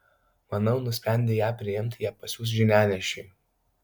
manau nusprendę ją priimti jie pasiųs žinianešį